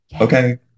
Okay